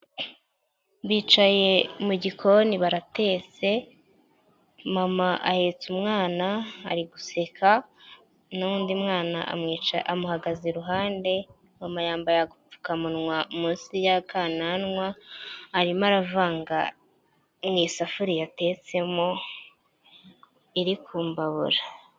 Bicaye mu gikoni baratetse, mama ahetse umwana ari guseka n'undi mwana amuhagaze iruhande, mama yambaye agapfukamunwa munsi y’akananwa, arimo aravanga mw’isafuriya yatetsemo iri kumbabura.